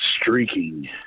streaking